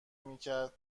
میکرد